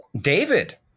David